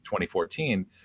2014